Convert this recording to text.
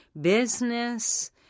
business